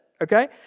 okay